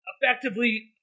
Effectively